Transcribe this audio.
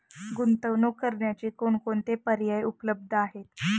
गुंतवणूक करण्याचे कोणकोणते पर्याय उपलब्ध आहेत?